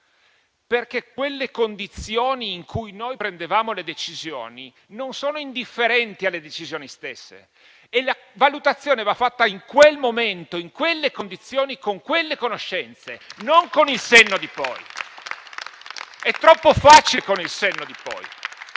perché quelle condizioni in cui noi prendevamo le decisioni non sono indifferenti alle decisioni stesse e la valutazione va fatta in quel momento, in quelle condizioni, con quelle conoscenze, non con il senno di poi. *È troppo facile, con il senno di poi.